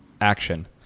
action